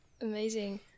Amazing